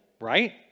right